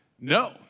no